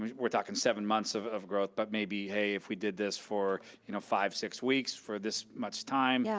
we're talking seven months of of growth, but maybe, hey, if we did this for you know five-six weeks for this much time, yeah